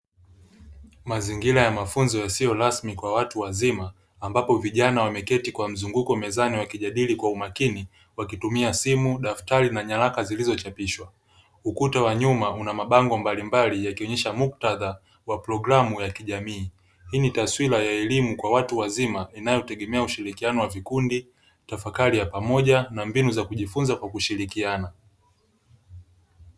Mazingira ya mafunzo yasiyo rasmi kwa watu wazima ambapo vijana wameketi kwa mzunguko mezani wakijadili kwa umakini wakitumia simu, madaftari na nyaraka zilizochapishwa. Ukuta wa nyuma unamabango mbalimbali yakionyesha muktadha wa progamu ya kijamii, hii ni taswira ya elimu ya watu wazima inayotegemea ushirikiano wa vikundi, tafakari ya pamoja na mbinu za kujifunza kwa kushirikiana.